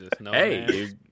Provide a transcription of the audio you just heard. hey